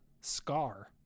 Scar